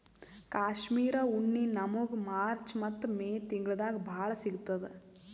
ಕಾಶ್ಮೀರ್ ಉಣ್ಣಿ ನಮ್ಮಗ್ ಮಾರ್ಚ್ ಮತ್ತ್ ಮೇ ತಿಂಗಳ್ದಾಗ್ ಭಾಳ್ ಸಿಗತ್ತದ್